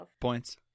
Points